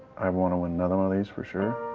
i want to win another one of these for sure,